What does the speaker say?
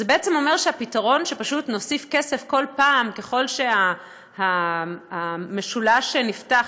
זה בעצם אומר שהפתרון שפשוט נוסיף כסף כל פעם ככל שהמשולש נפתח,